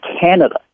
Canada